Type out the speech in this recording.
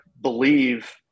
believe